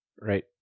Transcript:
Right